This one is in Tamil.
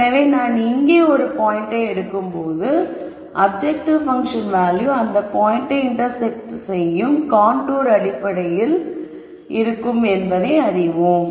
எனவே நாம் இங்கே ஒரு பாயிண்டை எடுக்கும்போது அப்ஜெக்டிவ் பங்க்ஷன் வேல்யூ அந்த பாயிண்டை இன்டர்செக்ட் செய்யும் கான்டூர் அடிப்படையில் இருக்கும் என்பதை அறிவோம்